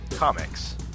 Comics